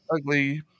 Ugly